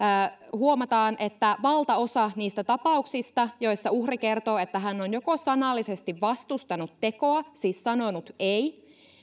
huomataan että tällä hetkellä niistä tapauksista joissa uhri kertoo että hän on joko sanallisesti vastustanut tekoa siis sanonut ei